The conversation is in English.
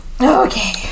Okay